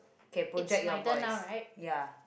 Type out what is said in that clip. okay project your voice ya